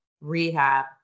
rehab